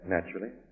Naturally